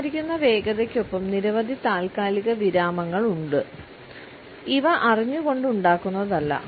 സംസാരിക്കുന്ന വേഗതയ്ക്കൊപ്പം നിരവധി താൽക്കാലിക വിരാമങ്ങളുമുണ്ട് ഇവ അറിഞ്ഞുകൊണ്ട് ഉണ്ടാകുന്നതല്ല